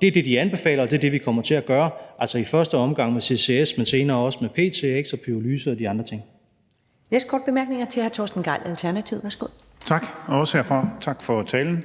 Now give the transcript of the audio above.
Det er det, de anbefaler, og det er det, vi kommer til at gøre, altså i første omgang med ccs, men senere også med ptx og pyrolyse og de andre ting. Kl. 13:24 Første næstformand (Karen Ellemann): Næste korte bemærkning er fra hr. Torsten Gejl, Alternativet. Værsgo. Kl. 13:24 Torsten Gejl (ALT): Tak, og også herfra tak for talen.